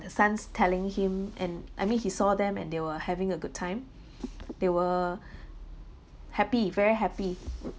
the sons telling him and I mean he saw them and they were having a good time they were happy very happy